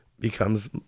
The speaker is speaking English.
becomes